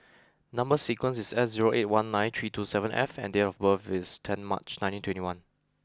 number sequence is S zero eight one nine three two seven F and date of birth is ten March nineteen twenty one